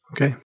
Okay